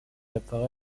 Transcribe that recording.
apparait